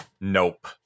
nope